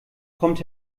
kommt